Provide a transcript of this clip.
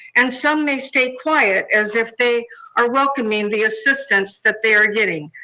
and some may stay quiet as if they are welcoming the assistance that they are getting.